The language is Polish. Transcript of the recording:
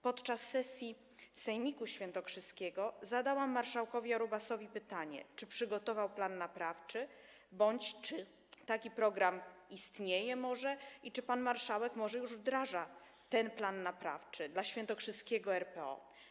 Podczas sesji sejmiku świętokrzyskiego zadałam marszałkowi Jarubasowi pytanie, czy przygotował plan naprawczy, czy taki program może istnieje i czy pan marszałek może już wdraża ten plan naprawczy dla świętokrzyskiego RPO.